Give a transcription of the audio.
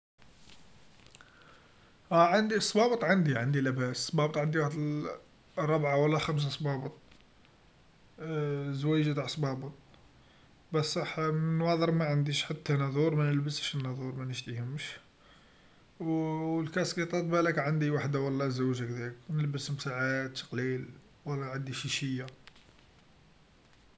أه عندي صبابط، عندي عندي لاباس، صبابط عندي وحد ل ربعا و لا خمسا صبابط زويجا تع صبابط، بصح نواظر معنديش حتى نظور منلبسش النظور منشريهمش، و الكاسكيطات بلاك عندي وحدا و لا زوج هكذاك م نلبسهمش ساعات قليل، و لا عندي شاشيا.